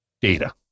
Data